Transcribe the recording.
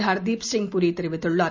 her Deep Singh Puri தெரிவித்துள்ளார்